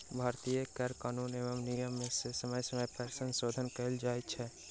भारतीय कर कानून एवं नियम मे समय समय पर संशोधन कयल जाइत छै